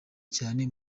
cyane